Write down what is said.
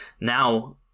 now